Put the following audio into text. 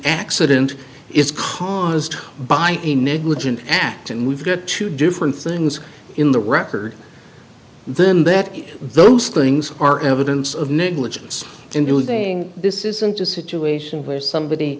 accident is caused by a negligent act and we've got two different things in the record then that those things are evidence of negligence in building this isn't a situation where somebody